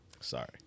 sorry